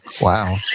Wow